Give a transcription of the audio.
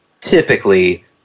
typically